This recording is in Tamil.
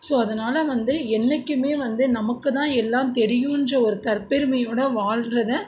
ஸோ அதனால் வந்து என்றைக்குமே வந்து நமக்கு தான் எல்லாம் தெரியுன்ற ஒரு தற்பெருமையோடு வாழ்கிறத